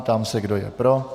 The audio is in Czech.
Ptám se, kdo je pro.